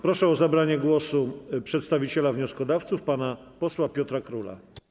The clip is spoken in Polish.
Proszę o zabranie głosu przedstawiciela wnioskodawców pana posła Piotra Króla.